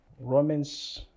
Romans